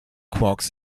quarks